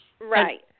Right